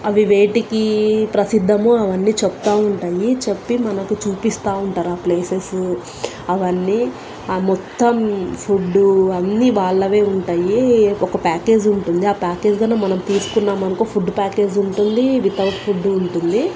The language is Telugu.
అవి వేటికి ప్రసిద్ధము అవన్నీ చెప్తూ ఉంటాయి చెప్పి మనకు చూపిస్తూ ఉంటారు ఆ ప్లేసెస్ అవన్నీ మొత్తం ఫుడ్డు అన్నీ వాళ్ళవే ఉంటాయి ఒక ప్యాకేజ్ ఉంటుంది ఆ ప్యాకేజ్ కానీ మనం తీసుకున్నామనుకో ఫుడ్ ప్యాకేజ్ ఉంటుంది వితౌట్ ఫుడ్ ఉంటుంది